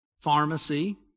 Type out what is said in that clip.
pharmacy